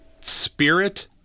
spirit